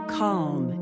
calm